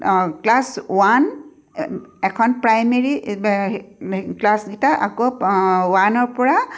class one এখন primary ক্লাছকেইটা আকৌ ওৱানৰ পৰা